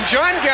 John